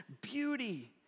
beauty